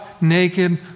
naked